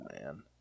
man